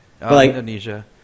Indonesia